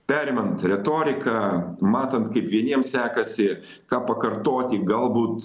perimant retoriką matant kaip vieniems sekasi ką pakartoti galbūt